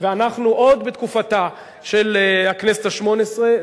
ואנחנו עוד בתקופתה של הכנסת השמונה-עשרה.